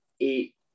eight